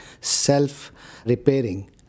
self-repairing